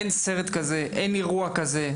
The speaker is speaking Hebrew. אין סרט כזה, אין אירוע כזה.